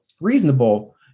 reasonable